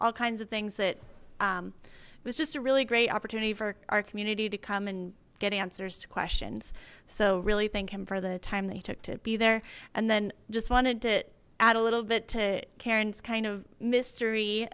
all kinds of things that it was just a really great opportunity for our community to come and get answers to questions so really thank him for the time that he took to be there and then just wanted to add a little bit to karen's kind of mystery